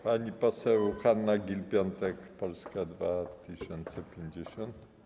Pani poseł Hanna Gill-Piątek, Polska 2050.